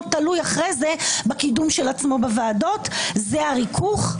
תלוי אחרי זה בקידום של עצמו בוועדות זה ריכוך,